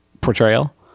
portrayal